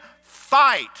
fight